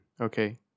Okay